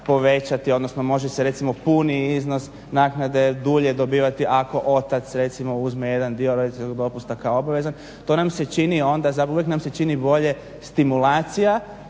odnosno može se recimo puni iznos naknade dulje dobivati ako otac recimo uzme jedan dio roditeljskog dopusta kao obavezan. To nam se čini onda, uvijek nam se čini bolje stimulacija